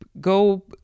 Go